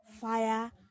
fire